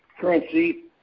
currency